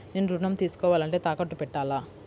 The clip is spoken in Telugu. నేను ఋణం తీసుకోవాలంటే తాకట్టు పెట్టాలా?